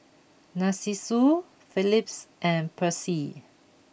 Narcissus Phillips and Persil